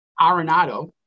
Arenado